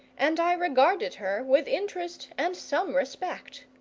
and i regarded her with interest and some respect.